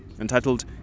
entitled